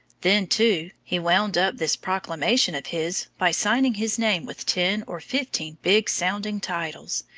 then, too, he wound up this proclamation of his by signing his name with ten or fifteen big sounding titles,